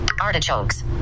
Artichokes